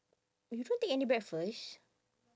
you don't take any breakfast